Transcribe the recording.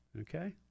Okay